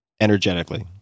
energetically